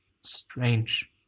strange